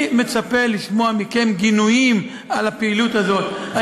אני מצפה לשמוע מכם גינויים של הפעילות הזאת.